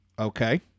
Okay